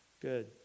good